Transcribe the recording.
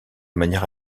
manière